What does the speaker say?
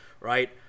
right